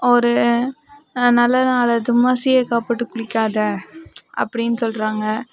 ஒரு நல்ல நாள் அதுவுமா சீயக்காய் போட்டு குளிக்காதே அப்படின்னு சொல்கிறாங்க